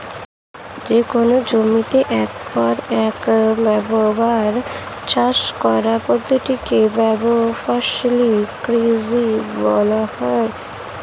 যেকোন জমিতে একের পর এক বহুবার চাষ করার পদ্ধতি কে বহুফসলি কৃষি বলা হয়